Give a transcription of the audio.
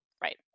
right